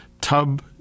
tub